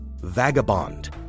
vagabond